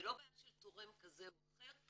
זה לא בעיה של תורם כזה או אחר,